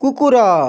କୁକୁର